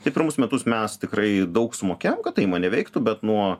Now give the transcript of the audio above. tai pirmus metus mes tikrai daug sumokėjom kad ta įmonė veiktų bet nuo